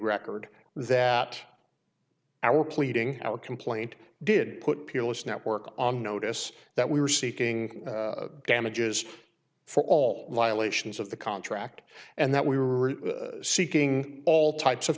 record that our pleading our complaint did put peerless network on notice that we were seeking damages for all lyall ations of the contract and that we were seeking all types of